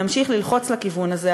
נמשיך ללחוץ לכיוון הזה,